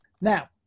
Now